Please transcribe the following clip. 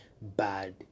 bad